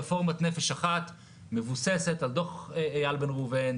רפורמת "נפש אחת" מבוססת על דוח אייל בן ראובן,